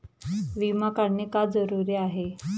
विमा काढणे का जरुरी आहे?